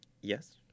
Yes